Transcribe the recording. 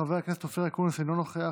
חבר הכנסת אופיר אקוניס, אינו נוכח,